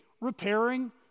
repairing